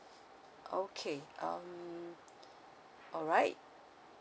okay um alright